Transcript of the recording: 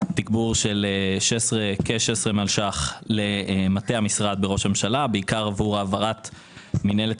תגבור של כ-16 מיליון ₪ למטה משרד ראש הממשלה - בעיקר עבור העברת מינהלת